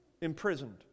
imprisoned